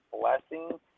Blessing